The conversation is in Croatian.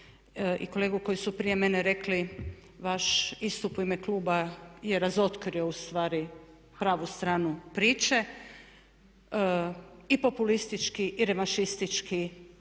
i kolegu koji su prije mene rekli vaš istup u ime kluba je razotkrio u stvari pravu stranu priče i populistički i revanšistički